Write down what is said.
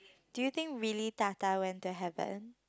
do you think really Tata went to heaven